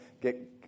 get